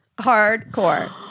hardcore